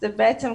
זה בעצם,